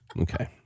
Okay